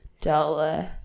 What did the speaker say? Dollar